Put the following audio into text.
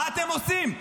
מה אתם עושים?